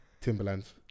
Timberlands